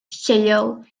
lleol